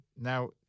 Now